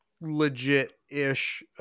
legit-ish